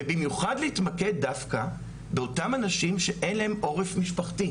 ובמיוחד להתמקד דווקא באותם אנשים שאין להם עורף משפחתי.